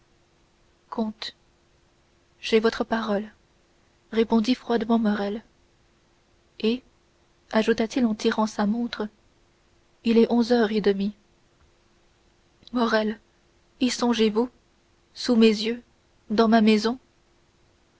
j'ai votre parole répondit froidement morrel et ajouta-t-il en tirant sa montre il est onze heures et demie morrel y songez-vous sous mes yeux dans ma maison